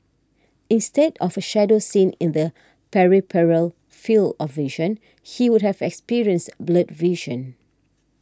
instead of a shadow seen in the peripheral field of vision he would have experienced blurred vision